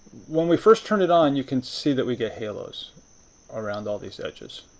when we first turn it on, you can see that we get halos around all these edges.